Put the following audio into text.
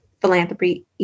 philanthropy